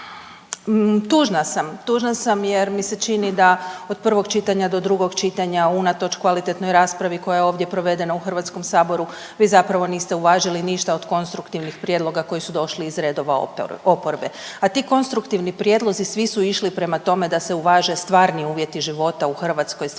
tužna sam jer mi se čini da od prvog čitanja do drugog čitanja unatoč kvalitetnoj raspravi koja je ovdje provedena u Hrvatskom saboru vi zapravo niste uvažili ništa od konstruktivnih prijedloga koji su došli iz redova oporbe, a ti konstruktivni prijedlozi svi su išli prema tome da se uvaže stvarni uvjeti života u Hrvatskoj. Stvarni